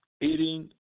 eating